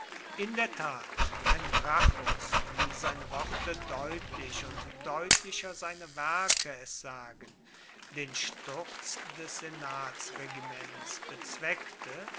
in der tat wenn gracchus wie seine worte deutlich und deutlicher seine werke es sagen den sturz des senatsregiments bezweckte